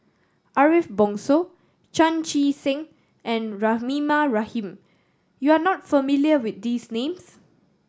Ariff Bongso Chan Chee Seng and Rahimah Rahim you are not familiar with these names